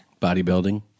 Bodybuilding